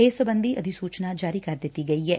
ਇਸ ਸਬੰਧੀ ਅਧਿਸੂਚਨਾ ਜਾਰੀ ਕਰ ਦਿੱਤੀ ਗਈ ਏ